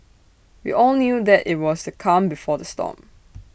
we all knew that IT was the calm before the storm